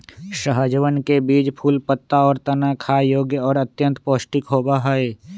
सहजनवन के बीज, फूल, पत्ता, और तना खाय योग्य और अत्यंत पौष्टिक होबा हई